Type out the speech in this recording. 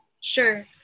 Sure